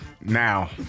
Now